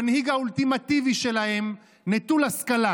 המנהיג האולטימטיבי שלהם נטול השכלה,